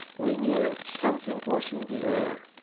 we knew something was in the air.